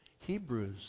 Hebrews